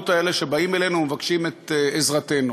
האלה שבאים אלינו ומבקשים את עזרתנו.